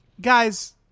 Guys